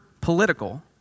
political